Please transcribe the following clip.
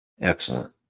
Excellent